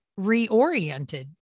reoriented